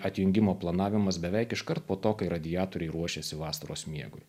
atjungimo planavimas beveik iškart po to kai radiatoriai ruošiasi vasaros miegui